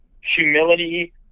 humility